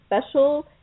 Special